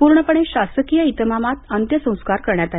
पूर्णपणे शासकीय इतमामात अंत्यसंस्कार करण्यात आले